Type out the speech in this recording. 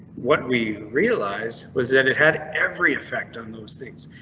what we realized was that it had every effect on those things,